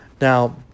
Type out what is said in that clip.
Now